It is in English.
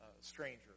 stranger